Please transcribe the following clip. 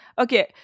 Okay